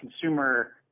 consumer